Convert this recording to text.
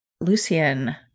Lucian